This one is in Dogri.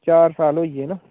चार साल होई गे ना